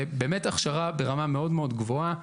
באמת הכשרה ברמה מאוד מאוד גבוהה.